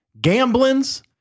gamblins